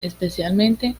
especialmente